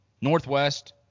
northwest